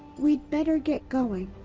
we'd better get going.